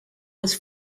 was